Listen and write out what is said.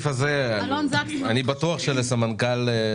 אלון זסק חשוב